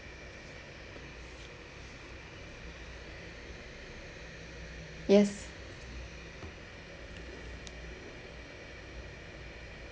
yes